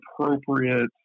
appropriate